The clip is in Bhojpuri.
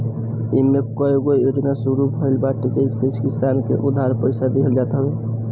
इमे कईगो योजना शुरू भइल बाटे जेसे किसान के उधार पईसा देहल जात हवे